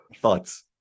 Thoughts